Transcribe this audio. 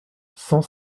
cent